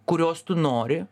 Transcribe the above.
kurios tu nori